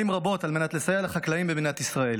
רבות על מנת לסייע לחקלאים במדינת ישראל.